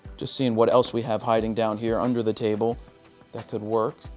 just seeing what else we have hiding down here under the table that could work.